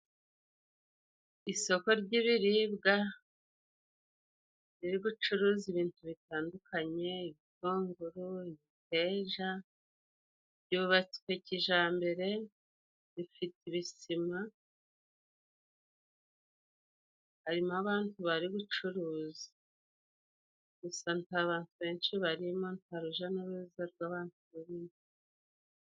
Isoko ry'ibiribwa riri gucuruza ibintu bitandukanye: ibitunguru, imiteja. Ryubatswe kijambere, rifite ibisima, harimo abantu bari gucuruza. Gusa nta bantu benshi barimo, nta ruja n'uruza rw'abantu rurimo.